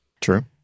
True